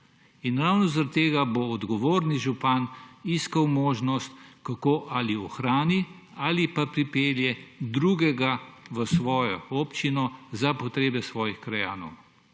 In ravno zaradi tega bo odgovoren župan iskal možnost, kako ali ohrani ali pa pripelje drugega v svojo občino za potrebe svojih krajanov.